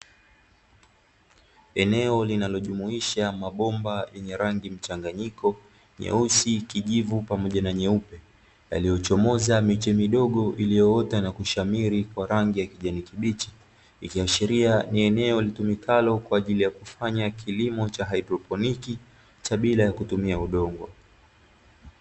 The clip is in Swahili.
Eneo linalojumuisha mabomba yenye rangi mchanganyiko nyeusi, kijivu pamoja na nyeupe, yaliyochomoza miche midogo iliyoota na kushamiri kwa rangi ya kijani kibichi, ikiashiria ni eneo litumikalo kwa ajili ya kufanya kilimo cha "HYDROPONIC"cha bila ya kutumia udongo